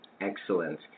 Excellent